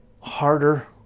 harder